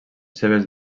seves